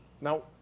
Now